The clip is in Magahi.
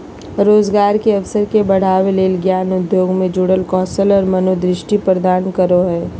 रोजगार के अवसर के बढ़ावय ले ज्ञान उद्योग से जुड़ल कौशल और मनोदृष्टि प्रदान करो हइ